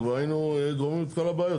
אולי היינו גומרים את כל הבעיות.